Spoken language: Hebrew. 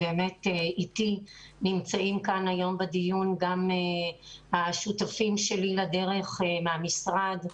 איתי נמצאים היום בדיון גם השותפים שלי לדרך מהמשרד.